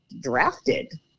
drafted